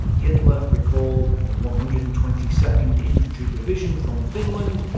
hitler recalled the one hundred and twenty second infantry division from finland,